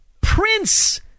prince